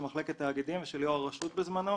של מחלקת תאגידים ושל יו"ר הרשות בזמנו